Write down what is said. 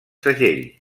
segell